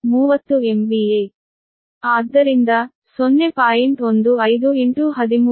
ಆದ್ದರಿಂದ 0